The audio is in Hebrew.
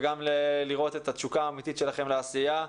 וגם לראות את התשוקה האמיתית שלכם לעשייה.